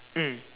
mm